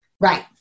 Right